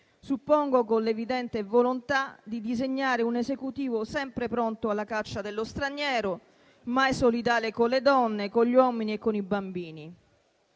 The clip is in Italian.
suppongo con l'evidente volontà di disegnare un Esecutivo sempre pronto alla caccia dello straniero, mai solidale con le donne, con gli uomini e con i bambini